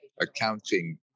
accounting